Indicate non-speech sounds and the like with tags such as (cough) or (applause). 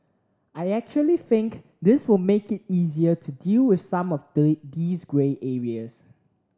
I actually think this will make it easier to deal with some of (unintelligible) these grey areas